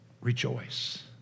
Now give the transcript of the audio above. rejoice